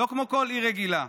לא כמו כל עיר רגילה,